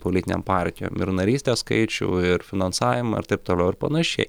politinėm partijom ir narystės skaičių ir finansavimą ir taip toliau ir panašiai